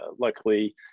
luckily